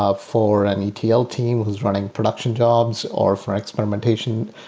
ah for an etl team who's running production jobs or for experimentation,